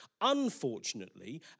Unfortunately